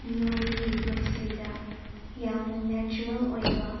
ꯃꯤꯑꯣꯏꯕꯒꯤ ꯄꯨꯟꯁꯤꯗ ꯌꯥꯝꯅ ꯅꯦꯆꯔꯦꯜ ꯑꯣꯏꯕ